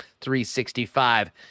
365